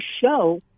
show